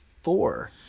four